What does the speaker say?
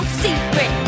secret